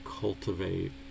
cultivate